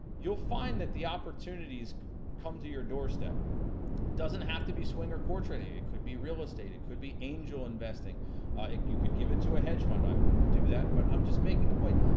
you'll find that the opportunities come to your doorstep. it doesn't have to be swinger core trading. it could be real estate, it could be angel investing, or you could give it to a hedge fund, i wouldn't do that. but i'm just making the point,